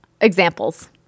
examples